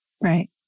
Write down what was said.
Right